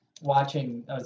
watching